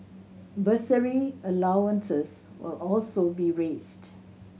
bursary allowances will also be raised